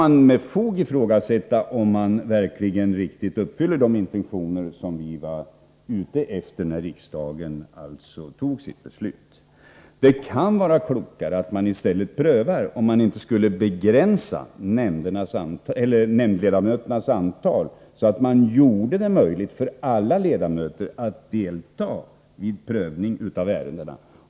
Mot den bakgrunden kan man med fog ifrågasätta om de intentioner som låg till grund för riksdagens beslut verkligen uppfylls. Det kan vara klokt att pröva om man inte i stället skulle begränsa antalet nämndledamöter, så att man gjorde det möjligt för alla ledamöter att delta vid prövningen av ärendena.